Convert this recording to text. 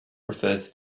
refers